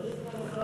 אדוני סגן השר,